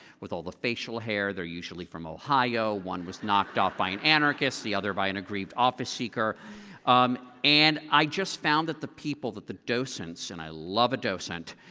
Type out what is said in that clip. with all the facial hair, they're usually from ohio, one was knocked off by an anarchist, the other by an aggrieved office seeker um and i just found that the people, that the docents and i love a docent,